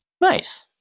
Nice